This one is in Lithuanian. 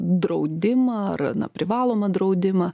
draudimą ar na privalomą draudimą